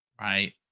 right